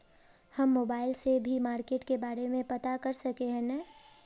हम मोबाईल से भी मार्केट के बारे में पता कर सके है नय?